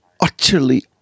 utterly